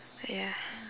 ya